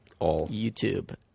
YouTube